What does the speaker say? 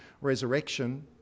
resurrection